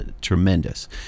tremendous